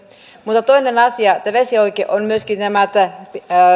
mutta toinen asia on myöskin nämä